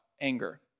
anger